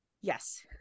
yes